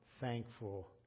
Thankful